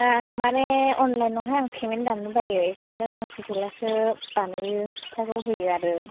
आं माने अनलायनावहाय आं पेमेन्ट दानो बायो बेखायनो आं सौफैब्लासो बानायो फैसाखौ होयो आरो